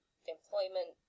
employment